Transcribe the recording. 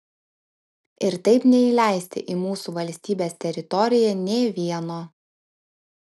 ir taip neįsileisti į mūsų valstybės teritoriją nė vieno